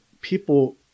people